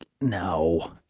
no